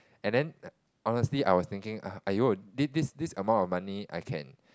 and then honestly I was thinking !aiyo! this this amount of money I can